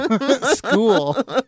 School